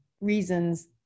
reasons